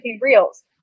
reels